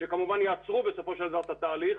שכמובן בסופו של דבר יעצרו את התהליך